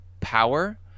power